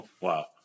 wow